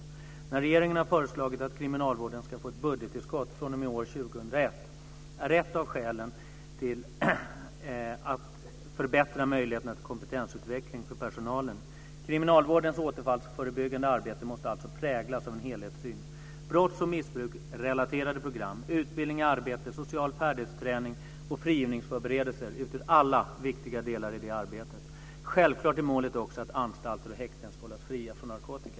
När regeringen har föreslagit att kriminalvården ska få ett budgettillskott från och med år 2001 är ett av skälen till det att förbättra möjligheterna till kompetensutveckling för personalen. Kriminalvårdens återfallsförebyggande arbete måste alltså präglas av en helhetssyn. Brotts och missbruksrelaterade program, utbildning, arbete, social färdighetsträning och frigivningsförberedelser utgör alla viktiga delar i det arbetet. Självklart är målet också att anstalter och häkten ska hållas fria från narkotika.